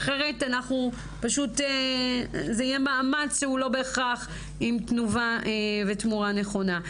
אחרת פשוט זה יהיה מאמץ שהוא לא בהכרח עם תנובה ותמורה נכונה.